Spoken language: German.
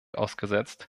ausgesetzt